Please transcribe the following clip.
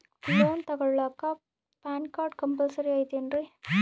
Loan ತೊಗೊಳ್ಳಾಕ PAN card compulsory ಐಯ್ತೇನ್ರಿ?